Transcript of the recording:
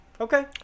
Okay